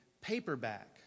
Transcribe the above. paperback